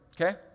okay